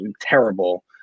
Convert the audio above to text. terrible